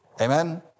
Amen